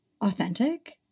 authentic